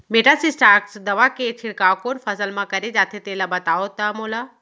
Metasystox दवा के छिड़काव कोन फसल म करे जाथे तेला बताओ त मोला?